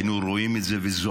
היינו רואים את זה וזועמים,